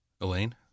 Elaine